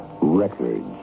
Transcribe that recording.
records